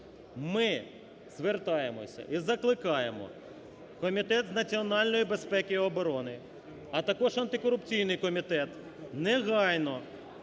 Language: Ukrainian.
ми звертаємося і закликаємо Комітет з національної безпеки і оборони, а також антикорупційний комітет негайно